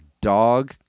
dog